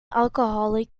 alcoholic